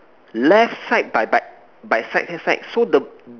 left side by by by side hand side so the